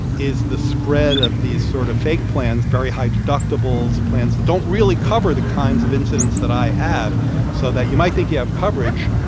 is the spread of these sort of fake plans very high deductibles, plans that don't really cover the kinds of incidents that i had so that you might think you have coverage,